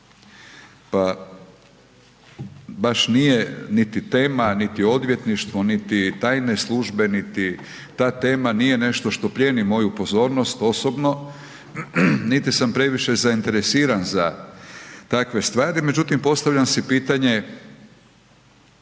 Pa baš nije niti tema niti odvjetništvo niti tajne službe, niti ta tema nije nešto što plijeni moju pozornost, osobno, niti sam previše zainteresiran za takve stvari, međutim, postavljam si pitanje.